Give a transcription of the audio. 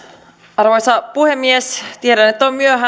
arvoisa puhemies tiedän että on myöhä